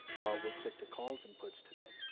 but we'll stick to calls and puts today.